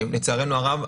לצערנו הרב,